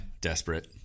Desperate